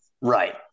Right